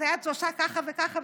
זאת היד שעושה ככה וככה,